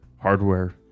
hardware